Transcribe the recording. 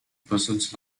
persons